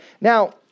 Now